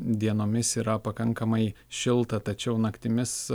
dienomis yra pakankamai šilta tačiau naktimis